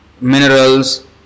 minerals